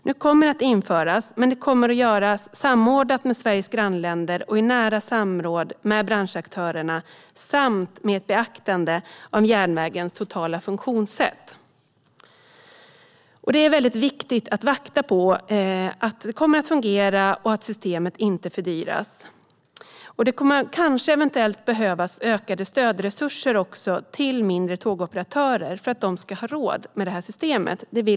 Nu kommer ERTMS att införas, men det kommer att göras samordnat med Sveriges grannländer, i nära samråd med branschaktörerna och med beaktande av järnvägens totala funktionssätt. Det är viktigt att bevaka att systemet kommer att fungera och att systemet inte fördyras. Det kommer eventuellt att behövas ökade stödresurser till mindre tågoperatörer för att de ska ha råd med detta system.